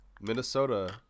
Minnesota